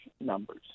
numbers